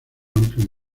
amplias